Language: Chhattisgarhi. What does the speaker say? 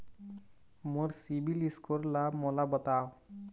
मोर सीबील स्कोर ला मोला बताव?